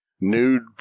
nude